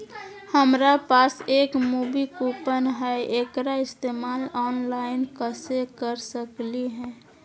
हमरा पास एक मूवी कूपन हई, एकरा इस्तेमाल ऑनलाइन कैसे कर सकली हई?